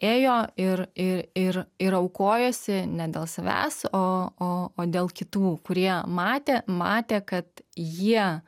ėjo ir ir ir ir aukojosi ne dėl savęs o o dėl kitų kurie matė matė kad jie